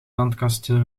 zandkasteel